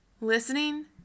Listening